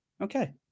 okay